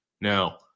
Now